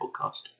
podcast